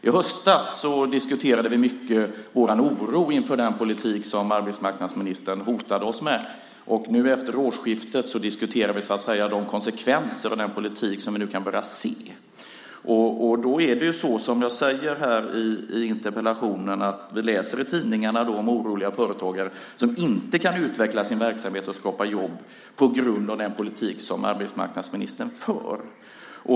I höstas diskuterade vi mycket vår oro inför den politik som arbetsmarknadsministern hotade oss med. Nu efter årsskiftet diskuterar vi de konsekvenser vi nu kan börja se av den politiken. Det är som jag säger i interpellationen. Vi läser i tidningarna om oroliga företagare som inte kan utveckla sin verksamhet och skapa jobb på grund av den politik som arbetsmarknadsministern för.